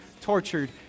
tortured